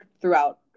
throughout